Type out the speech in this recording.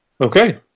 Okay